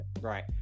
right